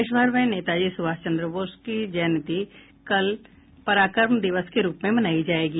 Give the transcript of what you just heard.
देश भर में नेताजी सुभाष चन्द्र बोस की जयंती कल पराक्रम दिवस के रूप में मनायी जायेगी